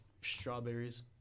strawberries